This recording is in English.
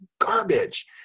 garbage